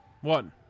One